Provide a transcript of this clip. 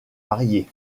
variés